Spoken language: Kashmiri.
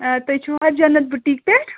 تُہۍ چھِو حظ جنت بُٹیٖک پٮ۪ٹھ